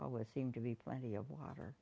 always seem to be plenty of water